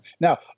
Now